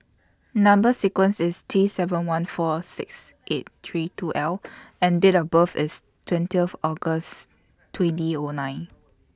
Number sequence IS T seven one four six eight three two L and Date of birth IS twentieth August twenty O nine